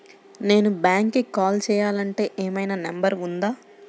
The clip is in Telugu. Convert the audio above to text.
నేను బ్యాంక్కి కాల్ చేయాలంటే ఏమయినా నంబర్ ఉందా?